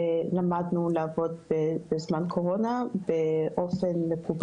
למדנו לעבוד בזמן קורונה באופן מקוון.